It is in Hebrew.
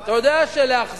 אתה יודע שלהחזיק,